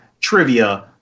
trivia